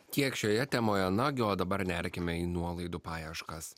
tiek šioje temoje nagi o dabar nerkime į nuolaidų paieškas